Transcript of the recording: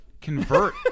convert